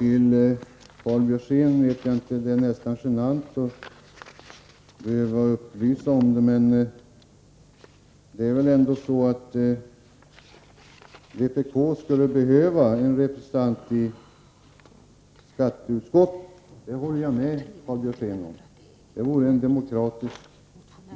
Herr talman! Det är nästan genant att behöva upplysa Karl Björzén om att vpk inte har någon representant i skatteutskottet. Men att vpk skulle behöva en representant där håller jag med Karl Björzén om. Det vore en . demokratisk